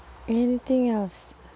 anything else